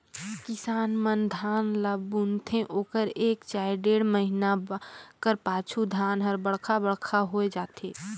किसान मन धान ल बुनथे ओकर एक चहे डेढ़ महिना कर पाछू धान हर बड़खा बड़खा होए जाथे